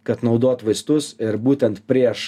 kad naudot vaistus ir būtent prieš